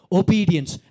obedience